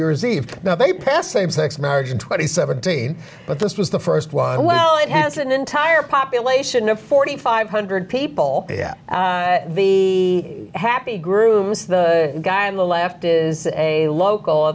year's eve now they passed same sex marriage twenty seventeen but this was the first one well it has an entire population of forty five hundred people the happy grooms the guy on the left is a local